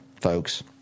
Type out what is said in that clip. folks